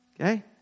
Okay